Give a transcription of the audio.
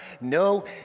no